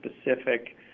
specific